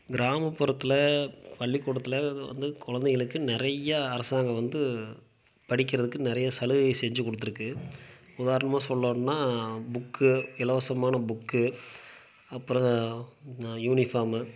கிராமப்புறத்தில் பள்ளிக்கூடத்தில் வந்து குழந்தைகளுக்கு நிறையா அரசாங்கம் வந்து படிக்கிறதுக்கு நிறைய சலுகையை செஞ்சு கொடுத்துருக்கு உதாரணமாக சொல்லணுனா புக்கு இலவசமான புக்கு அப்புறம் யூனிஃபாமு